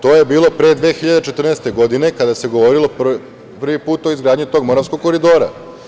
To je bilo pre 2014. godine, kada se govorilo prvi put o izgradnji tog moravskog koridora.